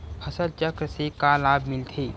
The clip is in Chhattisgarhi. फसल चक्र से का लाभ मिलथे?